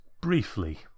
briefly